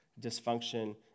dysfunction